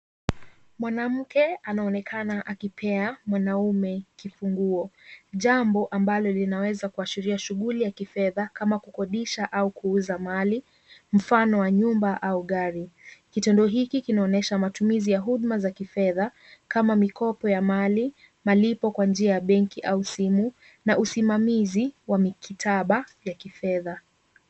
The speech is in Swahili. Mwanamke anaonekana akipea mwanaume kifunguo jambo ambalo linaweza kuashiria shughuli ya kifedha kama kukodisha au kuuza mali, mfano wa nyumba au gari. Kitendo hiki kinaonesha matumizi ya huduma za kifedha kama mikopo ya mali, malipo kwa njia ya benki au simu, na usimamizi wa mikitaba ya kifedha.